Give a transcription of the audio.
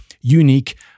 Unique